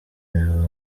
imbeba